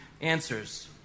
answers